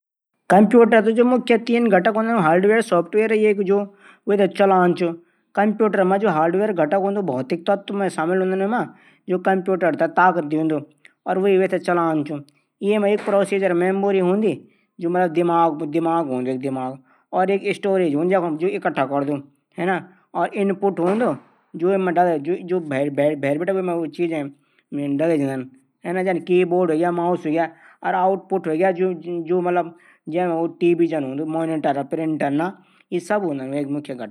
टमाटर सॉस थै हम वेकी गुणवत्ता बनाणु कू ताजा टमाटर थै तीन से पांच दिनों तक फ्रीज मा रखी सकदा। और जम्या टमाटर थै हम छ से नौ महिनो तक रख सकदा फ्रीज मा